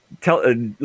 Tell